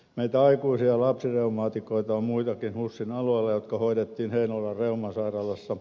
meitä aikuisia lapsireumaatikoita on muitakin husin alueella jotka hoidettiin heinolan reumasairaalassa